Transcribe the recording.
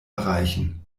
erreichen